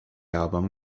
album